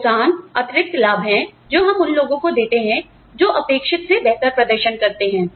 प्रोत्साहन अतिरिक्त लाभ हैं जो हम उन लोगों को देते हैं जो अपेक्षित से बेहतर प्रदर्शन करते हैं